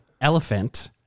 elephant